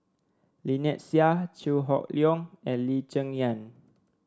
Lynnette Seah Chew Hock Leong and Lee Cheng Yan